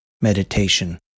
meditation